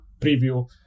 preview